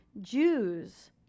Jews